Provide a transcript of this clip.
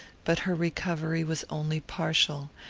but her recovery was only partial,